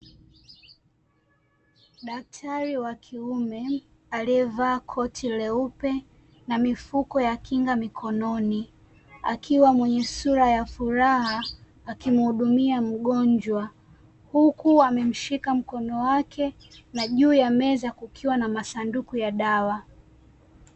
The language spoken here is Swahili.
Daktari wa kiume aliyevaa koti leupe na mifuko ya kinga mikononi akiwa mwenye sura ya furaha akimuhudumia mgonjwa huku amemshika mkono wake na juu ya meza kukiwa na masanduku ya dawa.